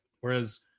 whereas